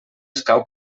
escau